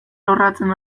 lorratzen